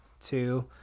two